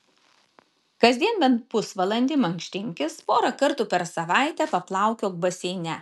kasdien bent pusvalandį mankštinkis porą kartų per savaitę paplaukiok baseine